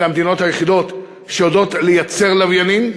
אלה המדינות היחידות שיודעות לייצר לוויינים,